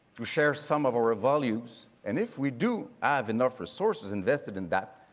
to share some of our values. and if we do have enough resources invested in that,